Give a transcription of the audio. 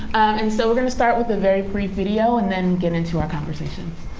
and so we're going to start with a very brief video, and then get into our conversation.